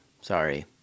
sorry